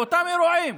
נרצח באותם אירועים?